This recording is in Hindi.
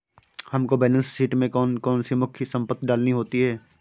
हमको बैलेंस शीट में कौन कौन सी मुख्य संपत्ति डालनी होती है?